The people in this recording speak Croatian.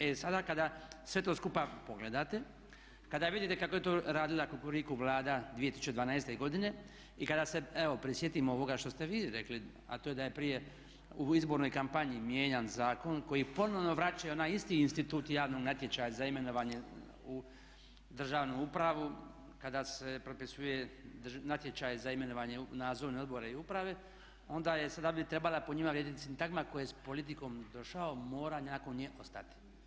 E sada kada sve to skupa pogledate, kada vidite kako je to radila Kukuriku vlada 2012. godine i kada se evo prisjetimo ovoga što ste vi rekli, a to je da je prije u izbornoj kampanji mijenjan zakon koji ponovno vraćaju na isti institut javnog natječaja za imenovanje u državnu upravu, kada se propisuje natječaj za imenovanje nadzornog odbora i uprave, onda je, sada bi trebala po njima vrijediti sintagma tko je s politikom došao mora nakon nje ostati.